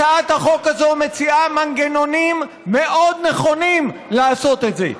הצעת החוק הזו מציעה מנגנונים מאוד נכונים לעשות את זה.